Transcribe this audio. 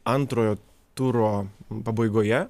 antrojo turo pabaigoje